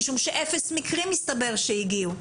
משום שאפס מקרים מסתבר שהגיעו.